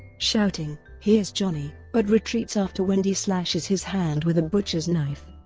shouting here's johnny, but retreats after wendy slashes his hand with a butcher's knife.